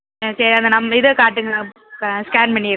ஆ சரி அந்த நம் இதை காட்டுங்கள் நான் ஸ்கேன் பண்ணிடுறேன்